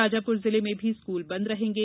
शाजापुर जिले में भी स्कूल बंद रहेंगे